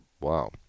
Wow